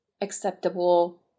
acceptable